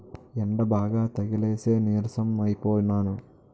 యెండబాగా తగిలేసి నీరసం అయిపోనము